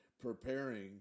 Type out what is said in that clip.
preparing